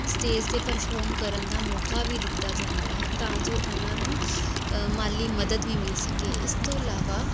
stage 'ਤੇ perform ਕਰਨ ਦਾ ਮੌਕਾ ਵੀ ਦਿੱਤਾ ਜਾਂਦਾ ਹੈ ਤਾਂ ਜੋ ਉਹਨਾਂ ਨੂੰ ਮਾਲੀ ਮਦਦ ਵੀ ਮਿਲ ਸਕੇ ਇਸ ਤੋਂ ਇਲਾਵਾ